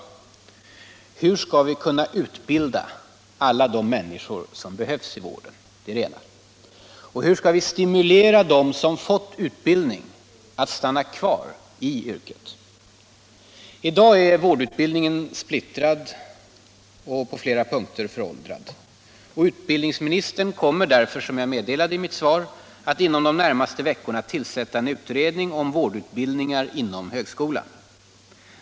Det ena är: Hur skall vi kunna utbilda alla de människor som behövs i vården? Det andra är: Hur skall vi stimulera dem som fått utbildning att stanna kvar i yrket? I dag är vårdutbildningen splittrad och på flera punkter föråldrad. Utbildningsministern kommer därför, som jag meddelade i mitt svar, att inom de närmaste veckorna tillsätta en utredning om vårdutbildningar inom högskolan.